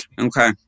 Okay